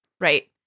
Right